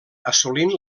assolint